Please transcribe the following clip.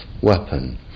weapon